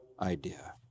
idea